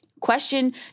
Question